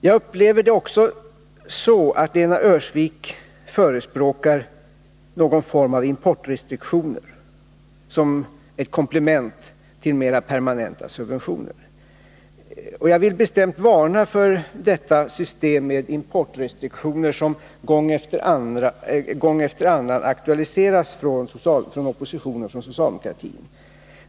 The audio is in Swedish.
Jag fattar det också så, att Lena Öhrsvik förespråkar någon form av importrestriktioner som ett komplement till mera permanenta subventioner. Jag vill bestämt varna för detta system av importrestriktioner, som gång efter annan har aktualiserats av socialdemokratin.